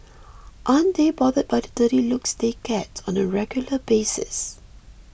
aren't they bothered by the dirty looks they get on a regular basis